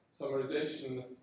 Summarization